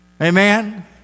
Amen